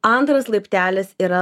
antras laiptelis yra